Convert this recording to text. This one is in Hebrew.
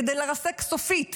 כדי לרסק סופית